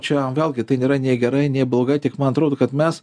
čia vėlgi tai nėra nei gerai nei blogai tik man atrodo kad mes